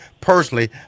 personally